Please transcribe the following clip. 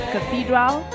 Cathedral